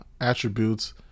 attributes